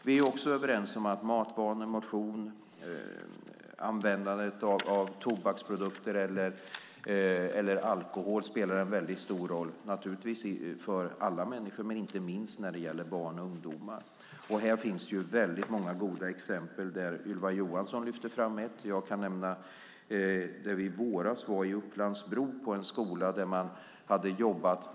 Vi är också överens om att matvanor, motion, användande av tobaksprodukter eller alkohol spelar en stor roll för alla människor och inte minst för barn och ungdomar. Här finns väldigt många goda exempel. Ylva Johansson lyfte fram ett. Jag kan nämna att vi i våras var i Upplands-Bro på en skola.